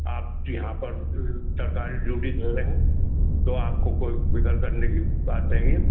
آپ یہاں پر سرکاری ڈیوٹی دے رہے ہیں تو آپ کو کوئی فکر کرنے کی بات نہیں ہے